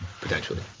Potentially